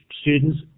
students